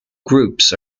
groups